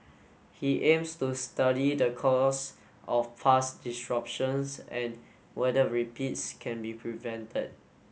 he aims to study the cause of past disruptions and whether repeats can be prevented